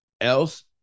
Else